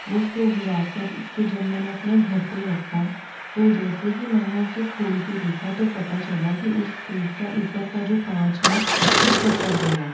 वो स्टोव लाकर के जब मैंने अपने घर पर रखा तो जैसे ही मैंने उसे खोल कर देखा तो पता चला कि उस स्टोव का ऊपर का जो काँच है वो चटक गया